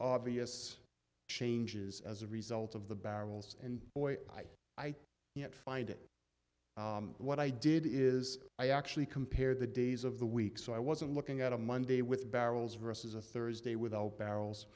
obvious changes as a result of the barrels and boy i can't find it what i did is i actually compare the days of the week so i wasn't looking at a monday with barrels versus a thursday with barrels